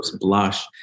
Blush